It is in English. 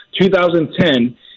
2010